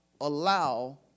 allow